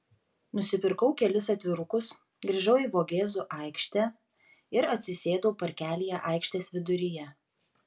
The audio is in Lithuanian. nusipirkau kelis atvirukus grįžau į vogėzų aikštę ir atsisėdau parkelyje aikštės viduryje